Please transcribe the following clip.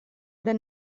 the